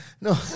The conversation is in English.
no